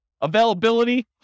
Availability